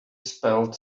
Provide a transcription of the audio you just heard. spelled